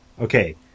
Okay